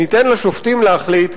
ניתן לשופטים להחליט,